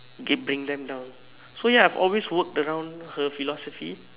keep bring them down so ya I have always worked around her philosophy